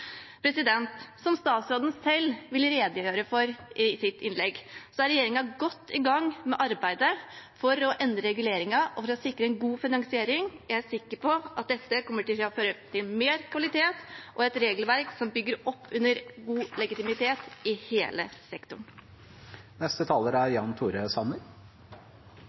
Som statsråden selv vil redegjøre for i sitt innlegg, er regjeringen godt i gang med arbeidet for å endre reguleringen og sikre en god finansiering. Jeg er sikker på at dette kommer til å føre til mer kvalitet og et regelverk som bygger opp under god legitimitet i hele sektoren.